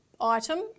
item